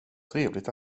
trevligt